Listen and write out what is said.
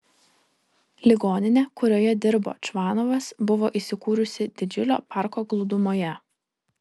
ligoninė kurioje dirbo čvanovas buvo įsikūrusi didžiulio parko glūdumoje